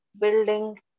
building